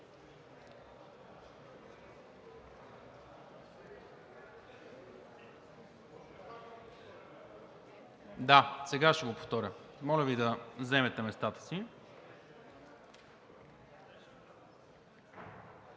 Да, сега ще го повторя. Моля Ви да заемете местата си.